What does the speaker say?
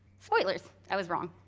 spoilers i was wrong.